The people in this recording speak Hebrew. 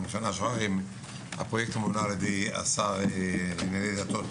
גם בשנה שעברה הפרויקטור מונה על ידי השר לענייני דתות,